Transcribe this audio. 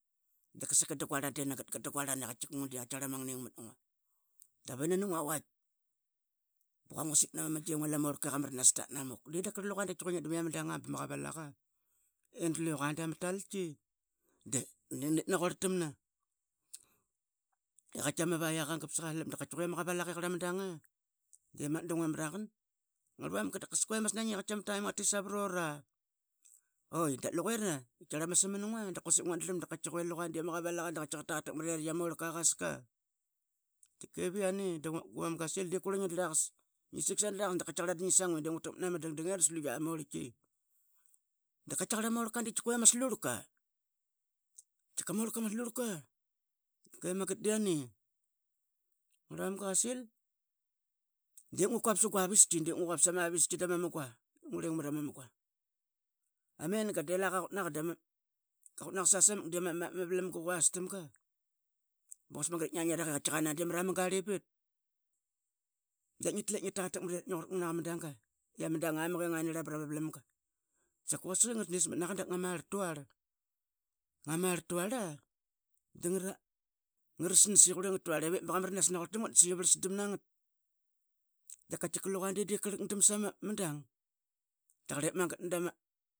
Qasake dnguarlam de gatgat duuguarlan de qatkiqarl ama ngiug matngua buuga vaitk nguasik nana munga i ngua lam orlki i qamranap tatnamuk. De daga luga de ngia darlan i ama danga bama qavalaqa edlue qua dama talki dedip naquar tamna i qatki ama vaiqq qagap. Sagaslap da quasik i qatrki ama danga bep mangat dungua maraqan angatlmamga dave masaingi i qatki ama taim ngatit savroro oi daluquera de ama samangua da qaitki luqa de qatatakmat lam orlka de ama qazvalaqa ba qasa i vian ee dugman qasil dep ngisiki sandrlagas namngua dunga nanea dangdang sluera ma orlki. Danp orlka de ama slurka ip mangat de anai dama ngarmanga qasik dep ngua quapat sugaristika dama ma munga. Dep ngurling rama munga amenga dela qaqutnaqa sangla ma orlka de ama orlka quas tamenga bqatki quasik mangat ip ngia rapa i qureqa mrwna munga rlibit. Dap ngittap ngi taqatakmat i yaritk ngi qut aqama danga yama dang ngan arlam proma vlanga saqa quasik i nga rasnismat naga ngamar tuarla da ngaranas i quringat tuarla da ngaranas i quringat tuarl i vep ba qamranas naqurl tamgat de sai vrlasdam nangat. Da qailka luga dedip qrlakdam sama dang tkaqarl ip mangat dama.